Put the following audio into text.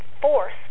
force